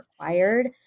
required